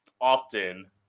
often